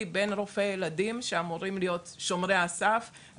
בין רופאי ילדים שאמורים להיות שומרי הסף,